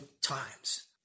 times